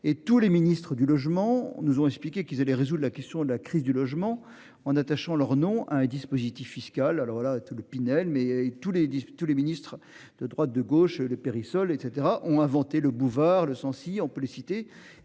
et tous les ministres du Logement nous ont expliqué qu'ils allaient résoudre la question de la crise du logement en attachant leur nom à un dispositif fiscal alors là tout le Pinel, mais tous les tous les ministres de droite de gauche le Perissol et cetera ont inventé le boulevard le sens si on peut les citer.